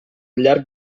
llarg